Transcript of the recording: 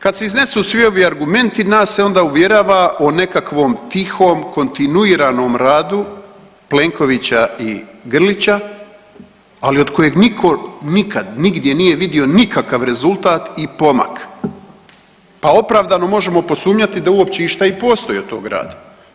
Kad se iznesu svi ovi argumenti nas se onda uvjerava o nekakvom tihom kontinuiranom radu Plenkovića i Grlića, ali od kojeg niko nikad nigdje nije vidio nikakav rezultat i pomak, pa opravdano možemo posumnjati da uopće išta i postoji od tog rada.